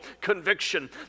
conviction